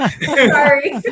Sorry